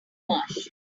marsh